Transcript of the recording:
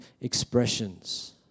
expressions